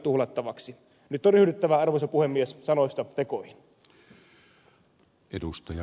nyt on ryhdyttävä arvoisa puhemies sanoista tekoihin